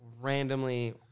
randomly